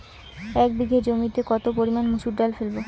এক বিঘে জমিতে কত পরিমান মুসুর ডাল ফেলবো?